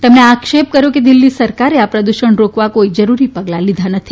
તેમણે આક્ષેપ કર્યો હતો કે દિલ્હી સરકારે આ પ્રદુષણ રોકવા કોઇ જરૂરી પગલાં લીધા નથી